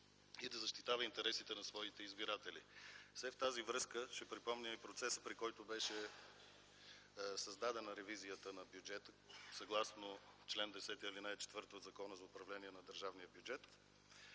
и да защитава интересите на своите избиратели. След тази връзка ще припомня и процеса, при който беше създадена ревизията на бюджета, съгласно чл. 10, ал. 4 от Закона за управлението на държавния бюджет,